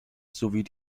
sowie